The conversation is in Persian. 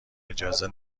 اجازه